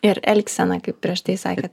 ir elgsena kaip prieš tai sakėt